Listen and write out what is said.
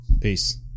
Peace